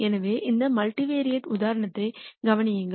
எனவே இந்த மல்டிவெரைட் உதாரணத்தைக் கவனியுங்கள்